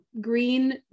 green